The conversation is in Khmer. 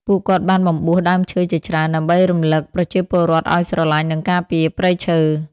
ពួកគាត់បានបំបួសដើមឈើជាច្រើន ដើម្បីរំឭកប្រជាពលរដ្ឋឱ្យស្រលាញ់ និងការពារព្រៃឈើ។